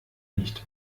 nicht